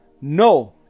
No